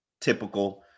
typical